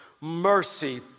mercy